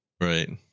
Right